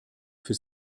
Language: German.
für